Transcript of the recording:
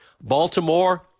Baltimore